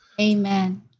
Amen